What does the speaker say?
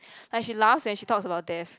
like she laughs when she talks about death